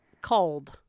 cold